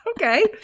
Okay